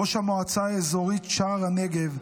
ראש המועצה האזורית שער הנגב,